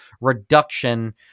reduction